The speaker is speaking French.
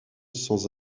sans